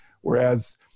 Whereas